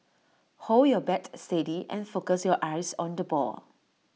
hold your bat steady and focus your eyes on the ball